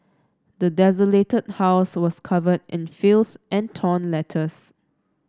the desolated house was covered in filth and torn letters